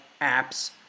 apps